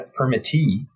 permittee